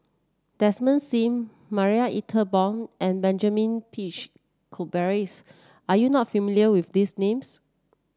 Desmond Sim Marie Ethel Bong and Benjamin Peach Keasberry are you not familiar with these names